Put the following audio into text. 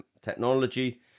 technology